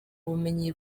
ubumenyi